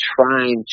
trying